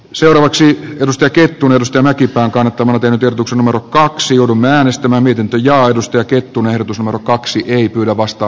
seuraavaksi jonosta kettunipusta mäkipää kadottanut ehdotuksen varakkaaksi joudumme äänestämään miten ja aidosti kettunen osuman kaksi ei kyllä vastaa